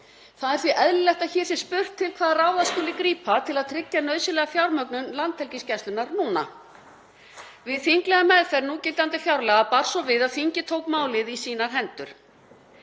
Það er því eðlilegt að hér sé spurt til hvaða ráða skuli grípa til að tryggja nauðsynlega fjármögnun Landhelgisgæslunnar núna. Við þinglega meðferð núgildandi fjárlaga bar svo við að þingið tók málið í sínar hendur,